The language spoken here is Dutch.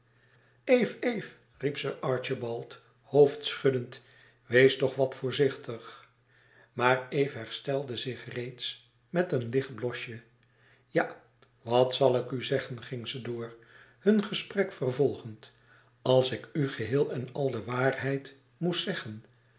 eve eve riep sir archibald hoofdschuddend wees toch wat voorzichtig maar eve herstelde zich reeds met een licht blosje ja wat zal ik u zeggen ging ze door hun gesprek vervolgend als ik u geheel en al de waarheid moest zeggen